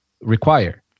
require